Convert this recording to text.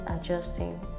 adjusting